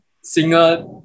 singer